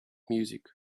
music